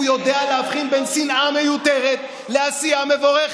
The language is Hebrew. הוא יודע להבחין בין שנאה מיותרת לעשייה מבורכת,